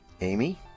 Amy